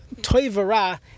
Toivara